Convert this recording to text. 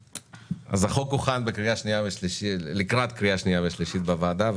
החוק הוכן לקראת קריאה שנייה ושלישית בוועדה,